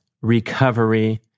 recovery